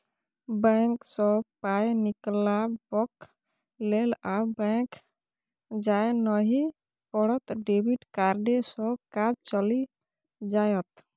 bank सँ पाय निकलाबक लेल आब बैक जाय नहि पड़त डेबिट कार्डे सँ काज चलि जाएत